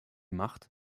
macht